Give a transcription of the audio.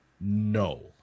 no